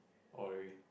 oh really